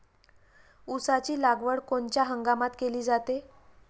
ऊसाची लागवड कोनच्या हंगामात केली जाते?